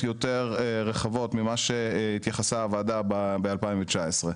יותר רחבות ממה שהתייחסה הוועדה ב-2019.